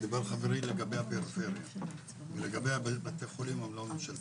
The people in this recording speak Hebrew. וחברי דיבר לגבי הפריפריה ולגבי בתי החולים הלא ממשלתיים.